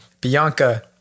Bianca